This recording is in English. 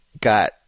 got